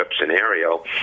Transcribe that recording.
scenario